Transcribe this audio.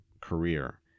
career